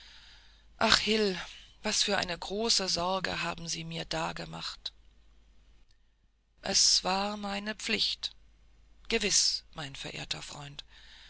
ach hil was für eine neue große sorge haben sie mir da gemacht es war meine pflicht gewiß mein verehrter freund